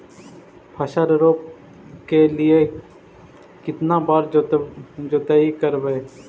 फसल रोप के लिय कितना बार जोतई करबय?